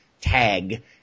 tag